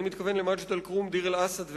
אני מתכוון למג'ד-אל-כרום, דיר-אל-אסד ובענה.